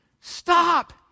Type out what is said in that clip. stop